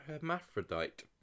hermaphrodite